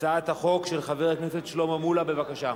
הצעת חוק של חבר הכנסת שלמה מולה, בבקשה.